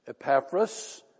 Epaphras